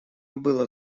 было